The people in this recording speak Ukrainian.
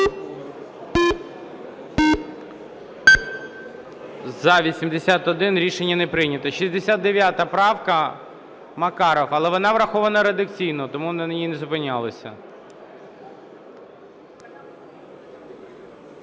За-81 Рішення не прийнято. 69 правка, Макаров. Але вона врахована редакційно, тому на ній не зупинялися.